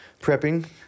Prepping